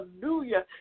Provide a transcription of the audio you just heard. hallelujah